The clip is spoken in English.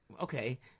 Okay